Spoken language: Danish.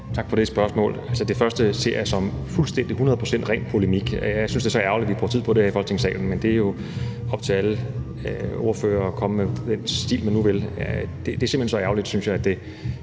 Tak for det spørgsmål. Det første ser jeg som ren polemik. Jeg synes, det er så ærgerligt, vi bruger tid på det her i Folketingssalen, men det er jo op til alle ordførere at have den stil, man nu vil. Jeg synes simpelt hen, det er så ærgerligt, at det